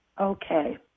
Okay